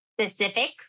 Specific